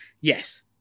yes